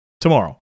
tomorrow